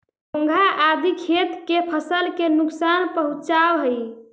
घोंघा आदि खेत के फसल के नुकसान पहुँचावऽ हई